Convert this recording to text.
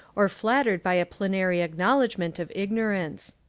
or flattered by a plenary acknowledg ment of ignorance.